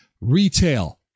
Retail